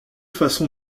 façon